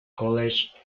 college